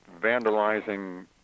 vandalizing